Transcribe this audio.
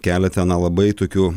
keletą na labai tokių